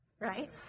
Right